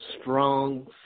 strong